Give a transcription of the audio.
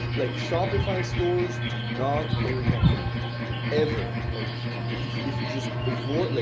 like shopify stores do not work on native ever. like if if you just avoid, like